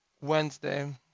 Wednesday